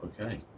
Okay